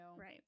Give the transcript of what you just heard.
Right